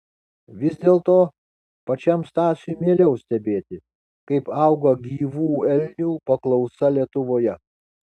vis dėlto pačiam stasiui mieliau stebėti kaip auga gyvų elnių paklausa lietuvoje